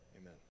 amen